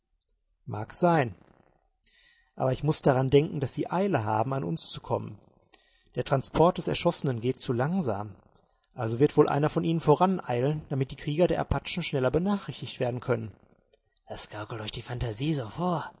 mag sein aber ich muß daran denken daß sie eile haben an uns zu kommen der transport des erschossenen geht zu langsam also wird wohl einer von ihnen voraneilen damit die krieger der apachen schneller benachrichtigt werden können das gaukelt euch die phantasie so vor